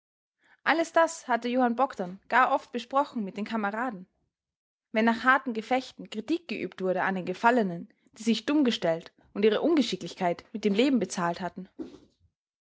alles das hatte johann bogdn gar oft besprochen mit den kameraden wenn nach harten gefechten kritik geübt wurde an den gefallenen die sich dumm gestellt und ihre ungeschicklichkeit mit dem leben bezahlt hatten